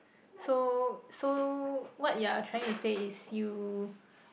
so so what you're trying to say is you